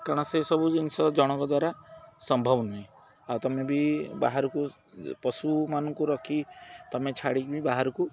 କାରଣ ସେସବୁ ଜିନିଷ ଜଣଙ୍କ ଦ୍ୱାରା ସମ୍ଭବ ନୁହେଁ ଆଉ ତୁମେ ବି ବାହାରକୁ ପଶୁମାନଙ୍କୁ ରଖି ତୁମେ ଛାଡ଼ିକି ବି ବାହାରକୁ